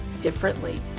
differently